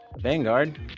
Vanguard